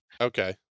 Okay